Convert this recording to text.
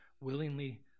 willingly